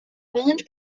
holland